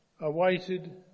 awaited